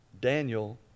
Daniel